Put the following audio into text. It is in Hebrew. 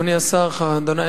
תודה רבה,